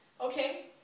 okay